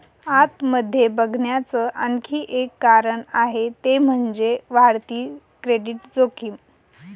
आत मध्ये बघण्याच आणखी एक कारण आहे ते म्हणजे, वाढती क्रेडिट जोखीम